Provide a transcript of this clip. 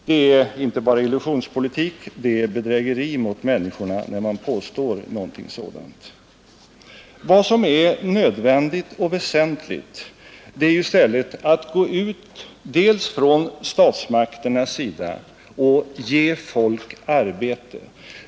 Det är inte bara illusionspolitik, det är bedrägeri mot människorna att påstå någonting sådant. Vad som är nödvändigt och väsentligt är att statsmakterna går ut och ger folk arbete.